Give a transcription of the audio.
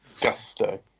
gusto